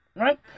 Right